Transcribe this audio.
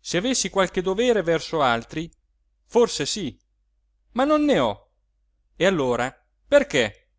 se avessi qualche dovere verso altri forse sì ma non ne ho e allora perché